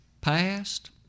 Past